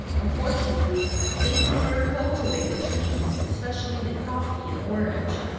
unfortunately they prefer cultivated trees, especially the coffee and orange.